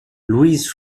louise